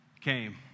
came